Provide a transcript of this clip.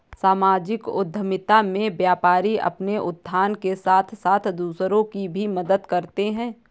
सामाजिक उद्यमिता में व्यापारी अपने उत्थान के साथ साथ दूसरों की भी मदद करते हैं